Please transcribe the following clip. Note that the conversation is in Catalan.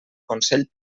consell